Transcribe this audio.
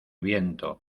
viento